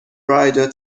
rider